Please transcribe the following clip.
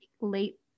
late